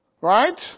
Right